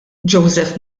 joseph